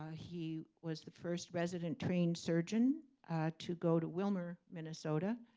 ah he was the first resident trained surgeon to go to willmar, minnesota,